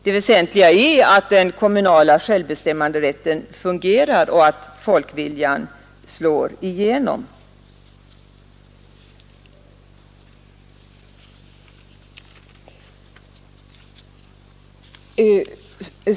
Det väsentliga är att den kommunala självbestämmanderätten fungerar och att folkviljan slår igenom.